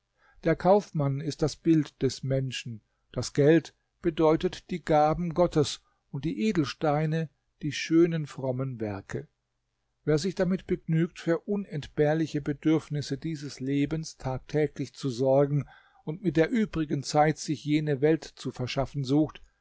der kaufmann ist das bild des menschen das geld bedeutet die gaben gottes und die edelsteine die schönen frommen werke wer sich damit begnügt für unentbehrliche bedürfnisse dieses lebens tagtäglich zu sorgen und mit der übrigen zeit sich jene welt zu verschaffen sucht